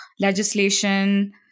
legislation